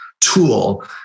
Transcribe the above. tool